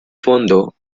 fondo